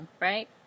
right